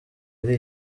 ari